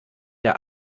der